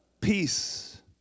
Peace